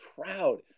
proud